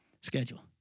schedule